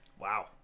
wow